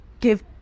give